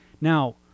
Now